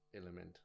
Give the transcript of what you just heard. element